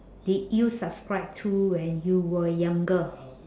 did you subscribe to when you were younger